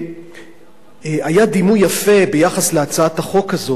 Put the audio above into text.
היה דימוי יפה ביחס להצעת החוק הזאת,